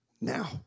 now